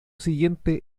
siguiente